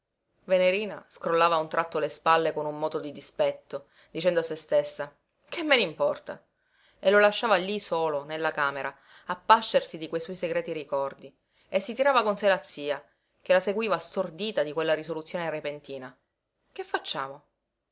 venerina scrollava a un tratto le spalle con un moto di dispetto dicendo a se stessa che me n'importa e lo lasciava lí solo nella camera a pascersi di quei suoi segreti ricordi e si tirava con sé la zia che la seguiva stordita di quella risoluzione repentina che facciamo